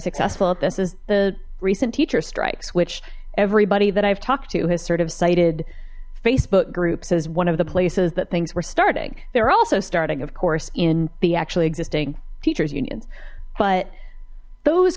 successful at this is the recent teacher strikes which everybody that i've talked to has sort of cited facebook groups as one of the places that things were starting they're also starting of course in the actually existing teachers unions but those